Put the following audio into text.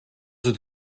het